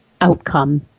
outcome